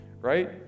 right